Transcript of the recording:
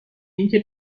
اینکه